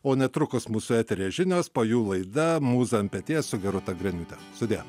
o netrukus mūsų eteryje žinios po jų laida mūza ant peties su gerūta griniūte sudie